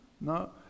No